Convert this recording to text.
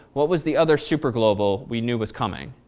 what was the other superglobal we knew was coming